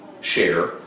share